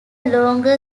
longer